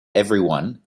everyone